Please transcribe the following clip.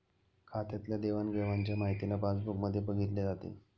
खात्यातल्या देवाणघेवाणच्या माहितीला पासबुक मध्ये बघितले जाते